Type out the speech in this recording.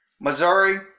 Missouri